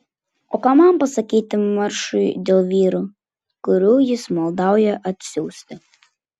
o ką man pasakyti maršui dėl vyrų kurių jis maldauja atsiųsti